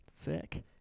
Sick